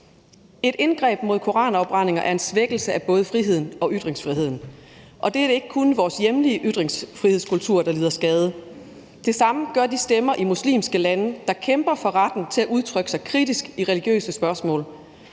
Et indgreb mod koranafbrændinger er en svækkelse af både friheden og ytringsfriheden, og det er ikke kun vores hjemlige ytringsfrihedskultur, der lider skade; det samme gør de stemmer i muslimske lande, der kæmper for retten til at udtrykke sig kritisk i religiøse spørgsmål.